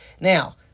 Now